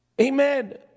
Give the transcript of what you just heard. Amen